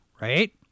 right